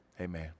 amen